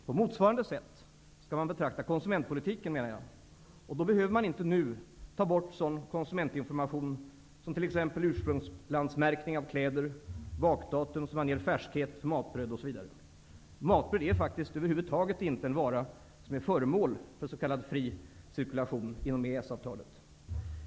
På motsvarande sätt skall man betrakta konsumentpolitiken, och då behöver man inte nu ta bort sådan konsumentinformation som ursprungsmärkning av kläder, bakdatum som anger färskhet för matbröd osv. Matbröd är faktiskt över huvud taget inte en vara som är föremål för s.k. fri cirkulation enligt EES-avtalet.